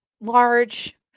large